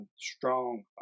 strong